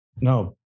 No